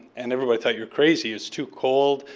and everybody thought you were crazy. it's too cold.